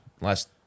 Last